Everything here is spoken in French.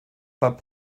pas